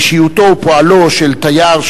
על אישיותו ופועלו של טיאר,